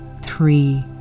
three